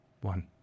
One